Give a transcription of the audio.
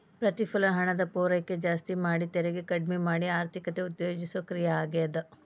ಪ್ರತಿಫಲನ ಹಣದ ಪೂರೈಕೆ ಜಾಸ್ತಿ ಮಾಡಿ ತೆರಿಗೆ ಕಡ್ಮಿ ಮಾಡಿ ಆರ್ಥಿಕತೆನ ಉತ್ತೇಜಿಸೋ ಕ್ರಿಯೆ ಆಗ್ಯಾದ